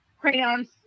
crayons